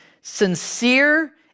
sincere